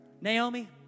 Naomi